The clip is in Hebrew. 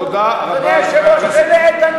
תודה רבה לחבר הכנסת כבל.